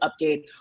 update